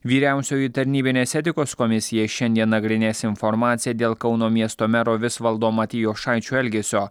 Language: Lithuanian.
vyriausioji tarnybinės etikos komisija šiandien nagrinės informaciją dėl kauno miesto mero visvaldo matijošaičio elgesio